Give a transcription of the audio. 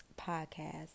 podcast